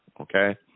Okay